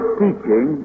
teaching